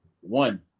One